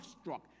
struck